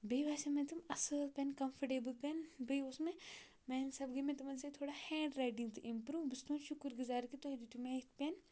بیٚیہِ باسے مےٚ تِم اَصۭل پٮ۪ن کَمفٲٹیبٕل پٮ۪ن بیٚیہِ اوس مےٚ میٛانہِ حِساب گٔے مےٚ تِمَن سۭتۍ تھوڑا ہینٛڈ رایٹِنٛگ تہِ اِمپرٛوٗ بہٕ چھُس تُہُنٛد شُکُر گُزار کہِ تُہۍ دِتِو مےٚ یِتھۍ پٮ۪ن